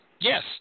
Yes